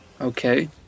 Okay